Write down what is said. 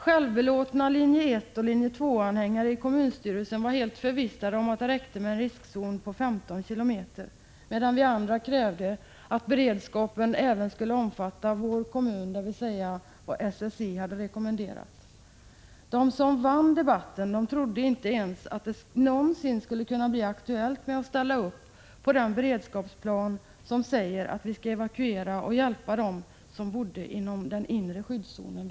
självbelåtna linje 1 och linje 2-anhängare i kommunstyrelsen var helt förvissade om att det räckte med en riskzon som omfattade 15 kilometer, medan vi andra krävde att beredskapen även skulle gälla vår kommun — dvs. vad SSI hade rekommenderat. De som vann debatten trodde inte ens att det någonsin skulle bli aktuellt att följa den beredskapsplan som säger att vi skall evakuera och hjälpa dem som bor inom den inre skyddszonen.